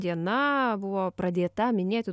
diena buvo pradėta minėti